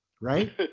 right